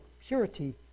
purity